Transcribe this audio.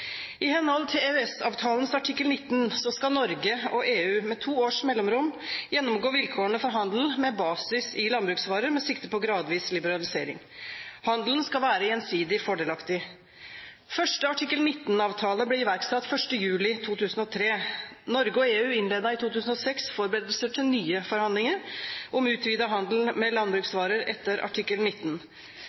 I henhold til EØS-avtalens artikkel 19 skal Norge og EU med to års mellomrom gjennomgå vilkårene for handelen med basis landbruksvarer med sikte på gradvis liberalisering. Handelen skal være gjensidig fordelaktig. Første artikkel 19-avtale ble iverksatt 1. juli i 2003. Norge og EU innledet i 2006 forberedelser til nye forhandlinger om utvidet handel med landbruksvarer etter artikkel 19.